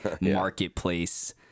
marketplace